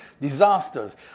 disasters